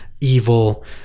evil